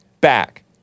back